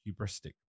hubristic